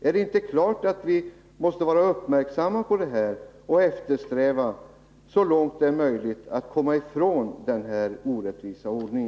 Är det inte klart att vi måste vara uppmärksamma på detta och eftersträva så långt det är möjligt att komma ifrån denna orättvisa ordning?